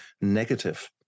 negative